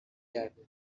کرده